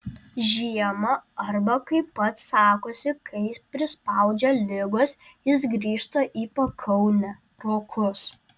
žiemą arba kaip pats sakosi kai prispaudžia ligos jis grįžta į pakaunę rokus